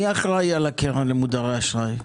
מי אחראי על הקרן למודרי אשראי?